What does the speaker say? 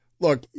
look